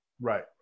Right